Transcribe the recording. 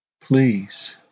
Please